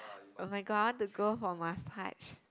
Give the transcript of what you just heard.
oh-my-god I want to go for massage